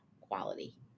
quality